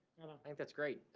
i think that's great.